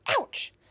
Ouch